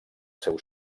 seu